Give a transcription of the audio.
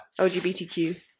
LGBTQ